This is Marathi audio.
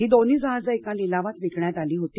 ही दोन्ही जहाजं एका लिलावात विकण्यात आली होती